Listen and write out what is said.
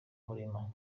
murima